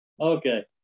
Okay